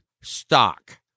Stock